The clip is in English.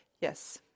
Yes